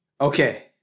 Okay